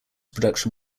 production